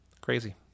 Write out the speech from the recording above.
crazy